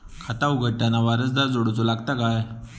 खाता उघडताना वारसदार जोडूचो लागता काय?